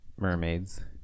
mermaids